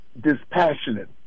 dispassionate